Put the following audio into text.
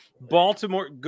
Baltimore